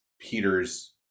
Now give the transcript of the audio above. Peter's